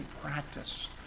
practice